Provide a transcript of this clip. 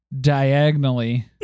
diagonally